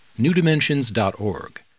newdimensions.org